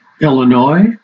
Illinois